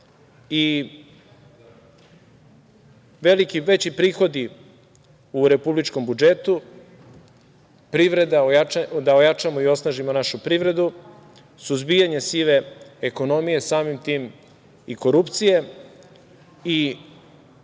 i veći prihodi u republičkom budžetu, da ojačamo i osnažimo našu privredu, suzbijanje sive ekonomije, samim tim i korupcije